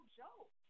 joke